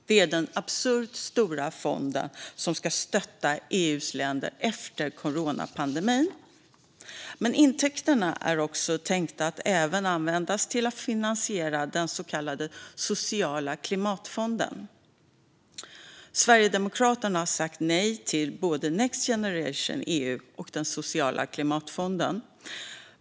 Det är den absurt stora fonden som ska stötta EU:s länder efter coronapandemin. Men intäkterna är tänkta att även användas till att finansiera den så kallade sociala klimatfonden. Sverigedemokraterna har sagt nej till både Next Generation EU och den sociala klimatfonden.